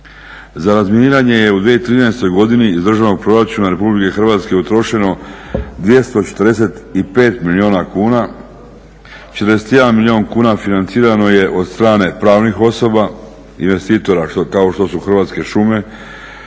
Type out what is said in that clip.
Za razminiranje je u 2013. godini iz Državnog proračuna Republike Hrvatske utrošeno 245 milijuna kuna. 41 milijun kuna financirano je od strane pravnih osoba, investitora kao što su Hrvatske šume,